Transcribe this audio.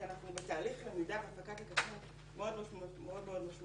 אנחנו בתהליך למידה מאוד מאוד משמעותי,